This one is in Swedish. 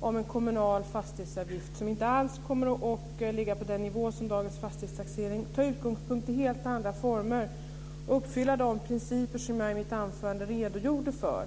med en kommunal fastighetsavgift som inte alls kommer att ligga på samma nivå som dagens fastighetstaxering. Den tar sin utgångspunkt i helt andra former och den uppfyller de principer som jag i mitt anförande redogjorde för.